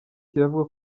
kiravuga